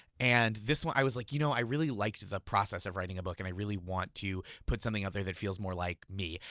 and this one, i was like you know i really liked the process of writing a book, and i really want to put something out there that feels more like me.